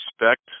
respect